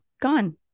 gone